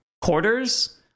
quarters